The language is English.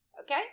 Okay